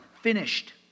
finished